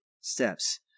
steps